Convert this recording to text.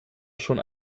schon